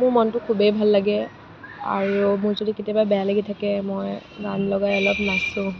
মোৰ মনটো খুবেই ভাল লাগে আৰু মোৰ যদি কেতিয়াবা বেয়া লাগি থাকে মই গান লগাই অলপ নাচোঁ